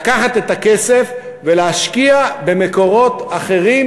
לקחת את הכסף ולהשקיע במקורות אחרים,